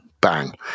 Bang